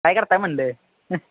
काय करत आहे म्हणलं